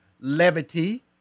levity